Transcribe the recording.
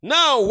Now